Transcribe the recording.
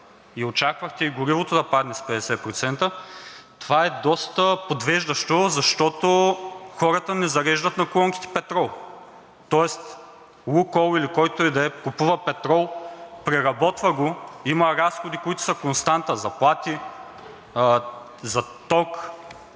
и очаквахте и горивото да падне с 50%, това е доста подвеждащо, защото хората не зареждат на колонките петрол. Тоест „Лукойл“ или който и да е купува петрол, преработва го. Има разходи, които са константа – заплати, за ток,